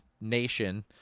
nation